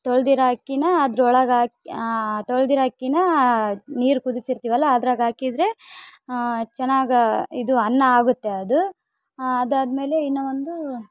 ತೊಳ್ದಿರೋ ಅಕ್ಕಿ ಅದ್ರೊಳಗೆ ಹಾಕ್ ತೊಳ್ದಿರೋ ಅಕ್ಕಿ ನೀರು ಕುದಿಸಿರ್ತೀವಲ್ಲ ಅದ್ರಾಗೆ ಹಾಕಿದ್ರೆ ಚೆನ್ನಾಗ ಇದು ಅನ್ನ ಆಗುತ್ತೆ ಅದು ಅದಾದ್ಮೇಲೆ ಇನ್ನು ಒಂದು